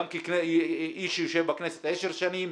גם כאיש שיושב בכנסת עשר שנים,